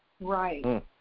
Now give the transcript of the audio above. Right